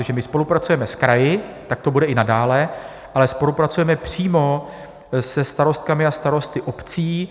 Takže my spolupracujeme s kraji, tak to bude i nadále, ale spolupracujeme přímo se starostkami a starosty obcí.